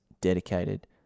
dedicated